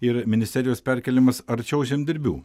ir ministerijos perkėlimas arčiau žemdirbių